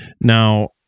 Now